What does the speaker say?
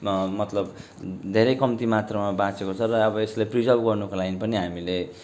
मतलब धेरै कम्ती मात्रामा बाँचेको छ र अब यसलाई प्रिजर्भ गर्नको लागि पनि हामीले